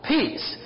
Peace